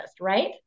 right